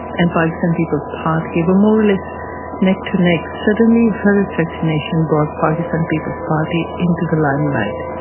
and pakistan people's party were more or less neck to neck. suddenly her assassination brought pakistan peoples party into the limelight,